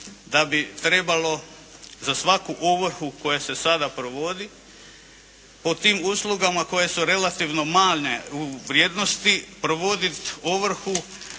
da bi trebalo za svaku ovrhu koja se sada provodi pod tim uslugama koje su relativno manje u vrijednosti, provoditi ovrhu